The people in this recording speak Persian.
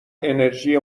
انرژی